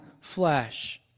flesh